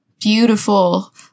beautiful